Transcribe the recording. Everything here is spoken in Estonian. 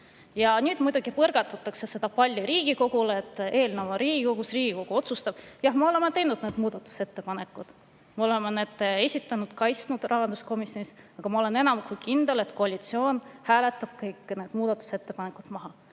Nüüd muidugi põrgatatakse seda palli Riigikogule, et eelnõu on Riigikogus, Riigikogu otsustab. Jah, me oleme teinud need muudatusettepanekud, me oleme need esitanud ja neid kaitsnud rahanduskomisjonis, aga ma olen enam kui kindel, et koalitsioon hääletab kõik need muudatusettepanekud maha,